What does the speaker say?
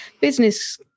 business